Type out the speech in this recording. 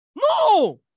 No